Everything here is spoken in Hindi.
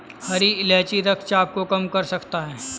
हरी इलायची रक्तचाप को कम कर सकता है